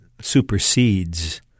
supersedes